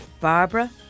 Barbara